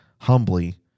humbly